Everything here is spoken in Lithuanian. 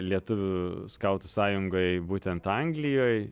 lietuvių skautų sąjungoj būtent anglijoj